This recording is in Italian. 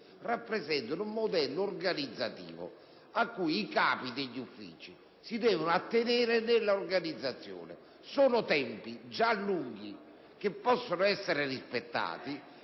rappresentano un modello organizzativo a cui i capi degli uffici si devono attenere nell'organizzazione. I tempi previsti sono già lunghi e mi pare possano essere rispettati;